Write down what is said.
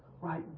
right